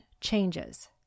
changes